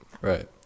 Right